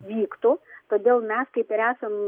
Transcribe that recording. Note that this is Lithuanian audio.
vyktų todėl mes kaip ir esam